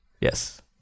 Yes